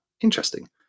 Interesting